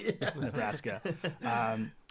Nebraska